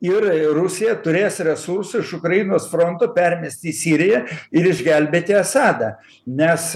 ir rusija turės resursų iš ukrainos fronto permest į siriją ir išgelbėti asadą nes